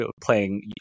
playing